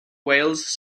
wales